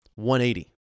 180